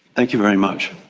thank you very much.